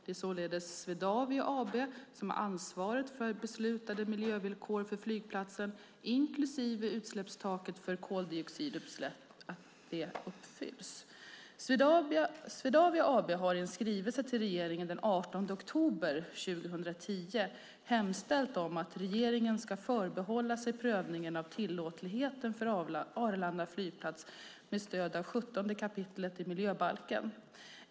Det är således Swedavia AB som har ansvaret för att beslutade miljövillkor för flygplatsen, inklusive utsläppstaket för koldioxidutsläpp, uppfylls. Swedavia AB har i en skrivelse till regeringen den 18 oktober 2010 hemställt om att regeringen ska förbehålla sig prövningen av tillåtligheten för Arlanda flygplats med stöd av 17 kap. miljöbalken.